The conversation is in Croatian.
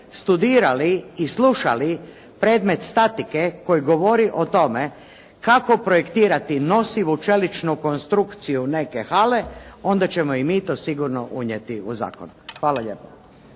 studirali i slušali predmet statike koji govori o tome kako projektirati nosivu čeličnu konstrukciju neke hale, onda ćemo i mi to sigurno unijeti u zakon. Hvala lijepo.